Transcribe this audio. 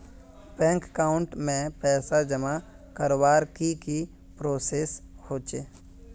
Bank account में पैसा जमा करवार की की प्रोसेस होचे?